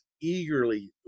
eagerly